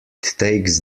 takes